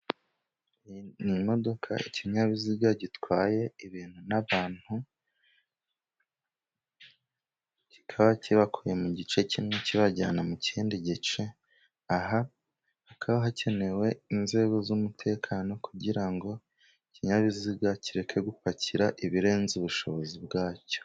Ni imodoka ikinyabiziga gitwaye ibintu n'abantu. Kikaba kibakuye mu gice kimwe kibajyana mu kindi gice. Aha hakaba hakenewe inzego z'umutekano kugira ikinyabiziga kireke gupakira ibirenze ubushobozi bwacyo.